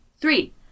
Three